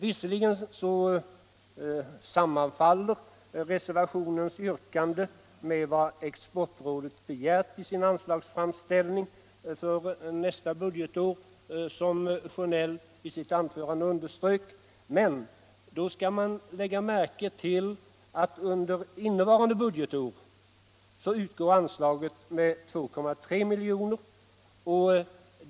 Visserligen sammanfaller reservationens yrkande med vad Exportrådet begärt i sin anslagsframställning för nästa budgetår — vilket herr Sjönell i sitt anförande underströk — men man bör då lägga märke till att anslaget under innevarande budgetår utgår med 2,3 miljoner.